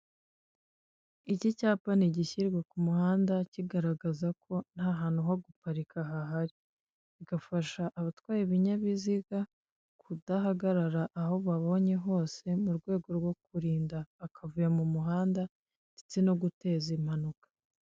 Iki cyapa ni igishirwa ku muhanda, kigaragaza ko ntahantu ho guparika hahari. Bigafasha abatwaye ibinyabiziga kudahagarara aho babonye hose mu rwego rwo kurinda akavuyo mu muhanda ndetse no guteza impanuka.